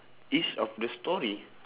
each of the storey